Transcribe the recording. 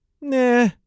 nah